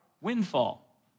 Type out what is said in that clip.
Windfall